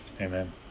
Amen